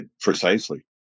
Precisely